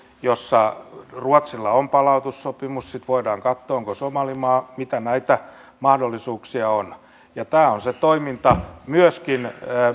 jossa ruotsilla on palautussopimus sitten voidaan katsoa onko somalimaa mitä näitä mahdollisuuksia on tämä on se toiminta myöskin